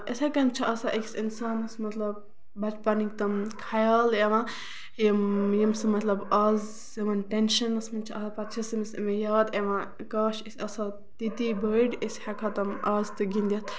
یِتھے کَنۍ چھُ آسان أکِس اِنسانَس مطلب بَچپَنٕکۍ تِم خیال یِوان یِم یِم سُہ مطلب آز یِم ٹینشَنس منٛز چھِ آسان پَتہٕ چھِ أمِس یِم یاد یِوان کاش أسۍ آسہٕ ہو تِتی بٔڑۍ أسۍ ہٮ۪کہٕ ہو تِم آز تہِ گِندِتھ